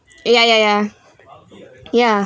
ya ya ya ya